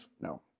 No